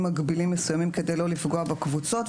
מגבילים מסוימים כדי לא לפגוע בקבוצות.